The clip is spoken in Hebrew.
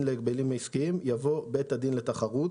להגבלים עסקיים" יבוא "בית הדין לתחרות".